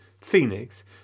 phoenix